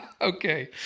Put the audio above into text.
Okay